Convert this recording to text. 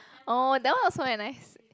orh that one also very nice